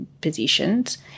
positions